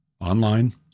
online